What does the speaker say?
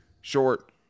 short